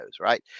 right